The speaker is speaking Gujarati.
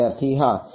વિદ્યાર્થી હા